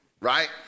right